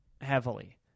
heavily